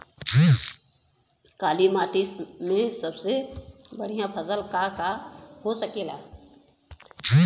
काली माटी में सबसे बढ़िया फसल का का हो सकेला?